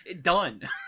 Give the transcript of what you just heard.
Done